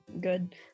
good